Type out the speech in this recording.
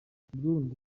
burundi